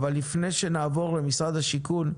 אבל לפני שנעבור למשרד השיכון,